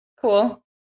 cool